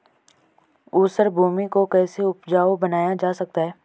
ऊसर भूमि को कैसे उपजाऊ बनाया जा सकता है?